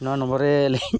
ᱱᱚᱣᱟ ᱱᱚᱢᱵᱚᱨ ᱨᱮ ᱟᱹᱞᱤᱧ